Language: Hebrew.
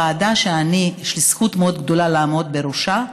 ועדה שיש לי זכות גדולה לעמוד בראשה.